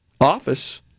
office